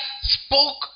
spoke